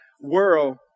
world